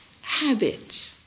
habit